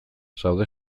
zaude